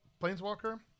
planeswalker